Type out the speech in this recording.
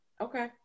Okay